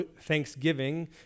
thanksgiving